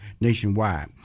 nationwide